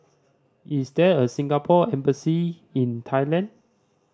is there a Singapore Embassy in Thailand